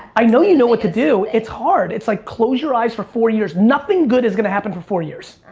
i know you know what to do. it's hard. it's like close your eyes for four years. nothing good is gonna happen for four years.